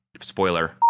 spoiler